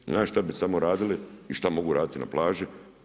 Znate što bi samo radili i šta mogu raditi na plaži?